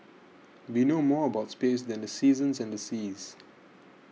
we know more about space than the seasons and the seas